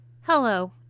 Hello